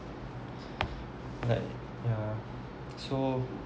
like yeah so